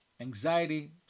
anxiety